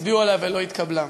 הצביעו עליה ולא התקבלה.